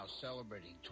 celebrating